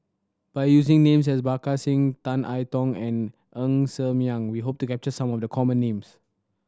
by using names as Parga Singh Tan I Tong and Ng Ser Miang we hope to capture some of the common names